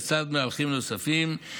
לצד מהלכים נוספים,